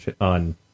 on